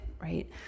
right